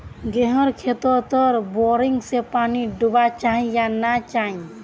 गेँहूर खेतोत बोरिंग से पानी दुबा चही या नी चही?